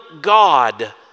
God